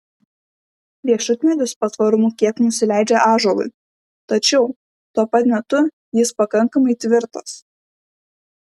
riešutmedis patvarumu kiek nusileidžia ąžuolui tačiau tuo pat metu jis pakankamai tvirtas